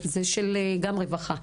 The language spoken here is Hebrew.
זה גם של רווחה.